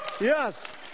Yes